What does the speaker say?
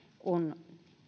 on